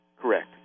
Correct